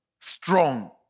strong